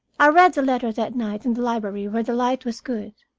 i read the letter that night in the library where the light was good.